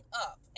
up